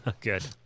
good